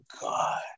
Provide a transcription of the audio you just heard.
God